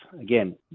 again